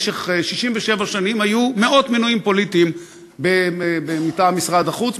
במשך 67 שנים היו מאות מינויים פוליטיים מטעם משרד החוץ,